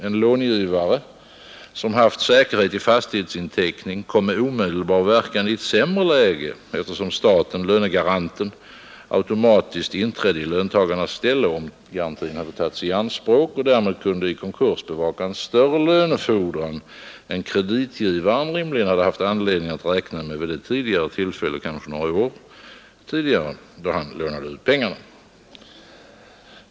En långivare som haft säkerhet i fastighetsinteckning kom med omedelbar verkan i ett sämre läge, eftersom staten, lönegaranten, automatiskt inträdde i löntagarens ställe, om garantin tagits i anspråk, och därmed kunde i konkurs bevaka en större lönefordran än kreditgivaren rimligen haft anledning att räkna med vid det tillfälle, kanske flera år tidigare, då han lånade ut pengarna.